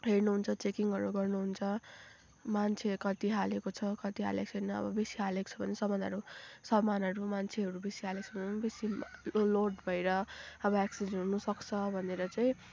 हेर्नुहुन्छ चेकिङ्हरू गर्नुहुन्छ मान्छे कति हालेको छ कति हालेको छैन अब बेसी हालेको छ भने समानहरू समानहरू मान्छेहरू बेसी हालेको छ भने बेसी लोड भएर अब एक्सिडेन्ट हुन सक्छ भनेर चाहिँ